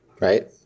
right